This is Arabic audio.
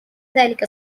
ذلك